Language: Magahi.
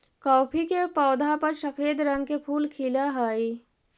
कॉफी के पौधा पर सफेद रंग के फूल खिलऽ हई